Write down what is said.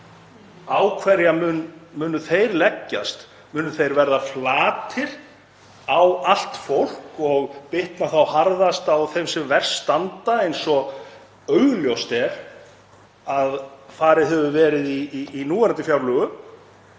Á hverja munu þeir leggjast? Munu þeir vera flatir á allt fólk og bitna harðast á þeim sem verst standa, eins og augljóst er að gert hefur verið í núverandi fjárlögum?